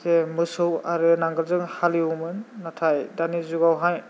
जों मोसौ आरो नांगोलजों हालिउवोमोन नाथाय दानि जुगावहाय